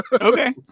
Okay